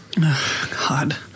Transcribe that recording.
God